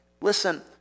listen